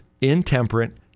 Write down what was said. intemperate